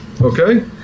Okay